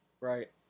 right